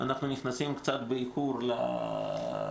אנחנו נכנסים קצת באיחור לסיטואציה